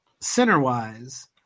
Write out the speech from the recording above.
center-wise